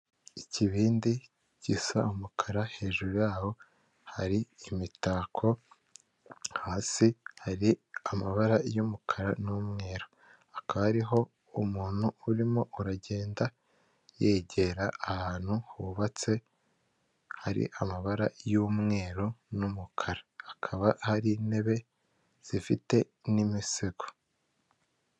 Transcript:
Ikibindi gisa umukara hejuru yaho hari imitako, hasi hari amabara y'umukara n'umweru, hakaba hariho umuntu urimo aragenda yegera ahantu hubatse hari amabara y'umweru n'umukarakaba hari intebe zifite n'imisego.